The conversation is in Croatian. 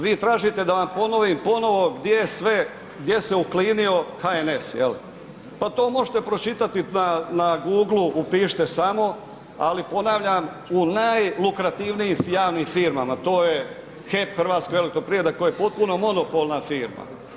Vi tražite da vam ponovim ponovo gdje se uklinio HNS jel, pa to možete pročitati na Googlu upišite samo, ali ponavljam u najlukrativnijim javnim firmama, to je HEP Hrvatska elektroprivreda koja je potpuno monopolna firma.